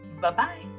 Bye-bye